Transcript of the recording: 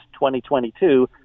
2022